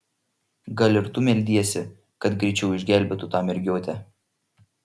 gal ir tu meldiesi kad greičiau išgelbėtų tą mergiotę